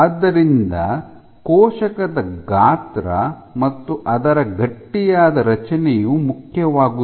ಆದ್ದರಿಂದ ಕೋಶಕದ ಗಾತ್ರ ಮತ್ತು ಅದರ ಗಟ್ಟಿಯಾದ ರಚನೆಯು ಮುಖ್ಯವಾಗುತ್ತದೆ